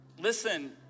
listen